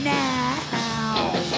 now